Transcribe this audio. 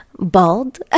bald